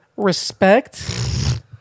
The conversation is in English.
Respect